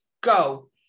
go